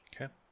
Okay